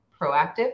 proactive